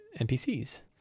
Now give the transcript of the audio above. NPCs